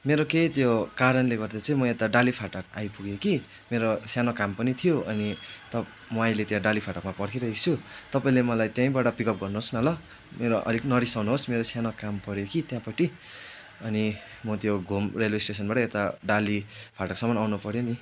मेरो केही त्यो कारणले गर्दा चाहिँ म यता डाली फाटक आइपुगेँ कि मेरो सानो काम पनि थियो अनि त म अहिले डाली फाटकमा पर्खिरहेको छु तपाईँले मलाई त्यहीँबाट पिकअप गर्नुहोस् न मेरो ल नरिसाउनुहोस् मेरो सानो काम पऱ्यो कि त्यहाँपट्टि अनि म त्यो घुम रेलवे स्टेसनबाट यता डाली फाटकसम्म आउनु पऱ्यो नि